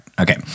Okay